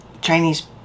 Chinese